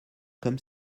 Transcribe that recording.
comme